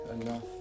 enough